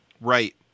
right